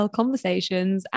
conversations